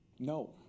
No